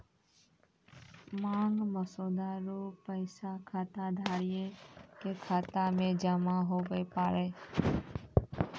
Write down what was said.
मांग मसौदा रो पैसा खाताधारिये के खाता मे जमा हुवै पारै